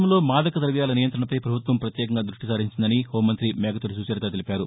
రాష్టంలో మాదక ద్రవ్యాల నియంతణపై ప్రభత్వం ప్రత్యేకంగా దృష్ణిసారించిందని హోం మంతి మేకతోటి సుచరిత తెలిపారు